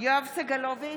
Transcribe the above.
יואב סגלוביץ'